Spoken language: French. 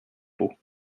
pot